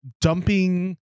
dumping